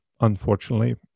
unfortunately